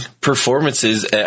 performances